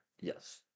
Yes